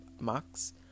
max